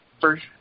first